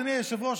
אדוני היושב-ראש,